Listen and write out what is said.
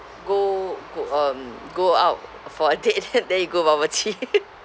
go go um go out for a date then you go bubble tea